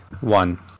One